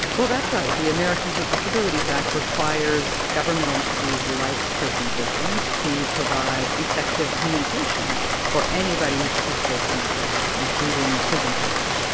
that's right, the americans with disabilities act requires government entities like prison systems to provide effective communication for anybody who participates in their programs, including prison programs.